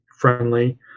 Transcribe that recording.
friendly